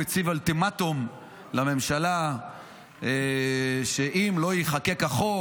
הציב אולטימטום לממשלה שאם לא ייחקק החוק,